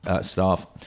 staff